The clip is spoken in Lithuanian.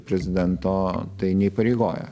prezidento tai neįpareigoja